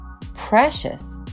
precious